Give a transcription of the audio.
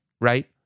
right